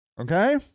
Okay